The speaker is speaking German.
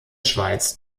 schweiz